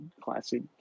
classic